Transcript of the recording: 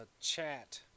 chat